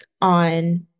on